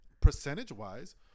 percentage-wise